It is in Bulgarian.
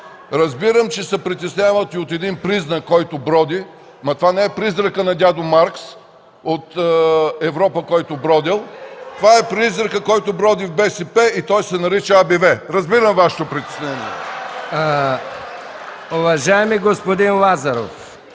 Разбирам, че се притеснявате от един призрак, който броди, но това не е призракът на дядо Маркс от Европа, който бродел – това е призракът, който броди в БСП и той се нарича АБВ! Разбирам Вашето притеснение.